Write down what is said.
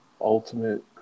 ultimate